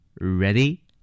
Ready